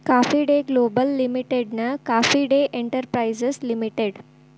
coffee Day Global ಲಿಮಿಟೆಡ್ನ Coffee Day Enterprises limited